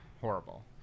horrible